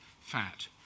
fat